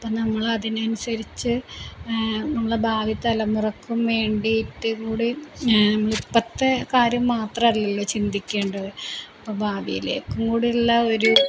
അപ്പോള് നമ്മളതിനനുസരിച്ച് ആ നമ്മളെ ഭാവി തലമുറയ്ക്കും വേണ്ടിയിട്ടുകൂടി നമ്മളിപ്പോഴത്തെ കാര്യം മാത്രമല്ലല്ലോ ചിന്തിക്കേണ്ടത് അപ്പോള് ഭാവിയിലേക്കും കൂടയുള്ള ഒരു